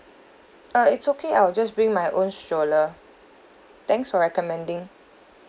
uh it's okay I'll just bring my own stroller thanks for recommending